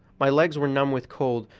my legs were numb with cold,